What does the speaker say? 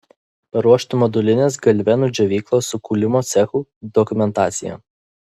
paruošti modulinės galvenų džiovyklos su kūlimo cechu dokumentaciją